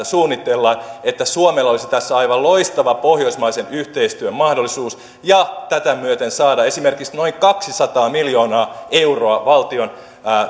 suunnitellaan ja että suomella olisi tässä loistava pohjoismaisen yhteistyön mahdollisuus ja tämän myötä saadaan esimerkiksi noin kaksisataa miljoonaa euroa valtion